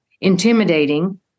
intimidating